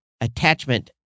attachment